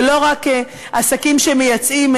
ולא רק עסקים שמייצאים,